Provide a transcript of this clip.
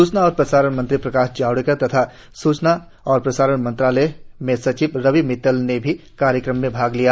सूचना और प्रसारण मंत्री प्रकाश जावडेकर तथा सूचना और प्रसारण मंत्रालय में सचिव रवि मित्तल ने भी कार्यक्रम में भाग लिया